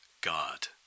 God